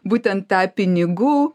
būtent tą pinigų